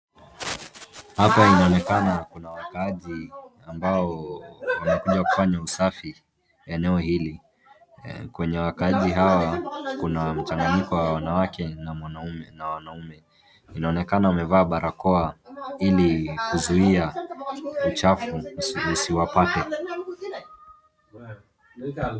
Hapa inaonekana kuna wakaaji ambao wamekuja kufanya usafi eneo hili kwenye wakaaji hawa, kuna mchanganyiko wa wanawake na wanaume. Inaonekana wamevaa barakoa ili kuzuia uchafu usiwapake.